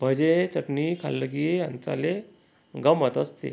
भजे चटणी खाल्लं की अडचाले गंमत असते